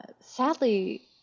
sadly